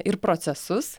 ir procesus